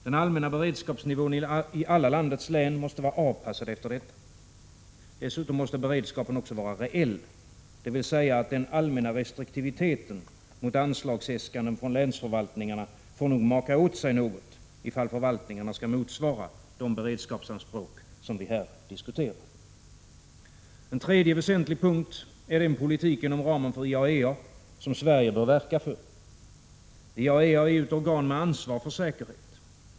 Den allmänna beredskapsnivån i alla landets län måste vara avpassad efter detta. Dessutom måste beredskapen också vara reell — dvs. att den allmänna restriktiviteten mot anslagsäskanden från länsförvaltningarna nog får maka åt sig något, ifall förvaltningarna skall motsvara de beredskapsanspråk som vi här diskuterar. En tredje väsentlig punkt är den politik inom ramen för IAEA som Sverige bör verka för. IAEA är ju ett organ med ansvar för säkerhet.